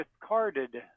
Discarded